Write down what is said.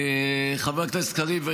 חבר הכנסת קריב,